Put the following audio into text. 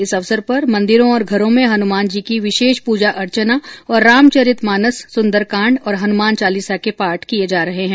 इस अवसर पर मंदिरों और घरों में हनुमान जी की विशेष पूजा अर्चना और रामचरित मानस सुंदरकाण्ड और हनुमान चालिसा के पाठ किये जा रहे हैं